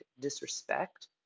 disrespect